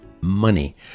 money